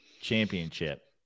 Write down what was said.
championship